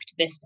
activist